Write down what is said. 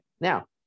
now